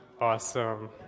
Awesome